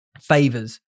Favors